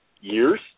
years